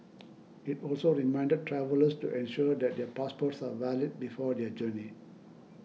it also reminded travellers to ensure that their passports are valid before their journey